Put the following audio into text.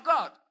God